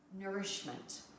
nourishment